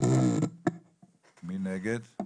מי נגד?